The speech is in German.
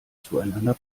zueinander